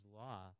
law